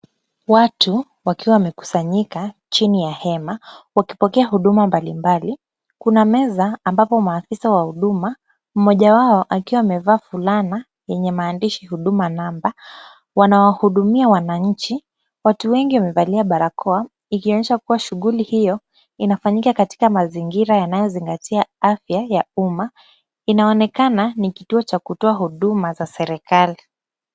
Watu wakiwa wamekusanyika chini ya hema wakipokea huduma mbalimbali. Kuna meza ambapo maafisa wa huduma, mmoja wao akiwa amevaa fulana yenye maandishi huduma namba, wanawahudumia wananchi. Watu wengi wamevalia barakoa ikionyesha kuwa shughuli hiyo inafanyika katika mazingira yanayozingatia afya ya umma. Inaonekana ni kituo cha kutoa huduma za serikali.